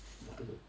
apa tu